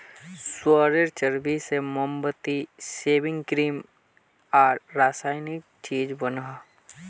सुअरेर चर्बी से मोमबत्ती, सेविंग क्रीम आर रासायनिक चीज़ बनोह